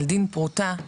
"דין פרוטה",